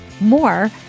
more